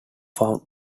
found